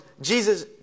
Jesus